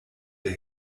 der